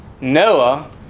Noah